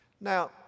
Now